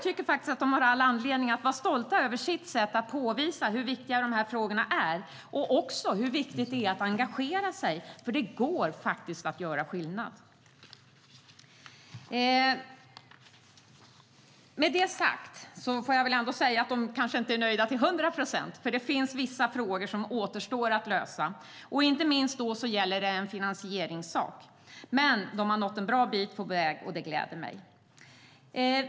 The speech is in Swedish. De har all anledning att vara stolta över sitt sätt att påvisa hur viktiga dessa frågor är och också hur viktigt det är att engagera sig, för det går att göra skillnad. Med det sagt får jag väl säga att de kanske inte är nöjda till hundra procent. Vissa frågor återstår att lösa, inte minst vad gäller finansiering. Men de har nått en bra bit på väg, och det gläder mig.